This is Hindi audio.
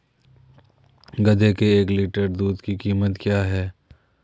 गधे के एक लीटर दूध की कीमत क्या है?